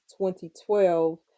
2012